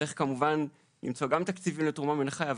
צריך כמובן למצוא גם תקציבים לתרומה מן החי,